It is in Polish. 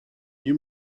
nie